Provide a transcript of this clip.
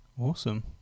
awesome